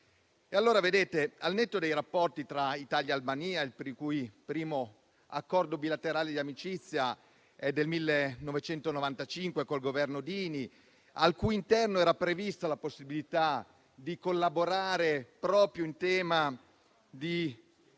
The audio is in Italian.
quanto ai rapporti tra Italia e Albania, il primo accordo bilaterale di amicizia risale al 1995 con il Governo Dini, al cui interno era prevista la possibilità di collaborare proprio in tema di